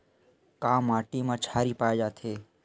का माटी मा क्षारीय पाए जाथे?